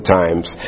times